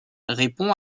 répond